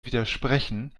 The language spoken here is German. widersprechen